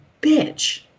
bitch